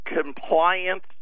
compliance